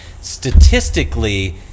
statistically